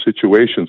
situations